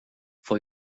for